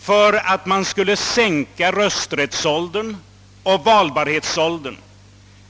för att sänka rösträttsåldern och valbarhetsåldern.